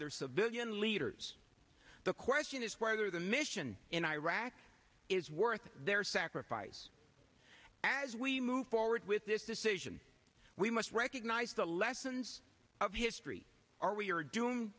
their civilian leaders the question is whether the mission in iraq is worth their sacrifice as we move forward with this decision we must recognize the lessons of history are we are doomed